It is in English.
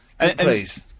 Please